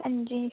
हां जी